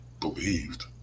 believed